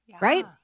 Right